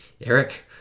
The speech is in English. Eric